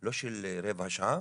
לא של רבע שעה,